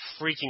freaking